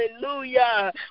Hallelujah